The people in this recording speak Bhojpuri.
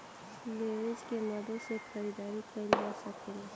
लेवरेज के मदद से खरीदारी कईल जा सकेला